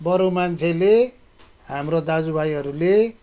बरू मान्छेले हाम्रो दाजु भाइहरूले